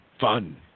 fun